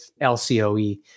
LCOE